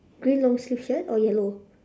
green long sleeve shirt or yellow